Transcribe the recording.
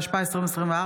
התשפ"ה 2024,